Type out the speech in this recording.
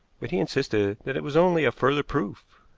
but he insisted that it was only a further proof.